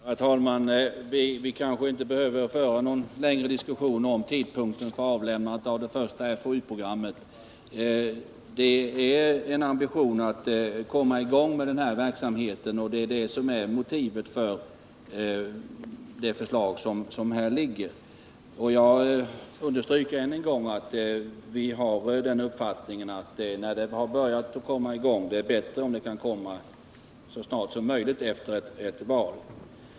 Herr talman! Vi kanske inte behöver föra någon längre diskussion om tidpunkten för avlämnandet av det första FoU-programmet. Det finns en ambition att komma i gång med verksamheten, och det är motivet för det förslag som här föreligger. Jag understryker än en gång att vi har den uppfattningen att det är bra om verksamheten kan komma i gång så snart som möjligt efter ett val.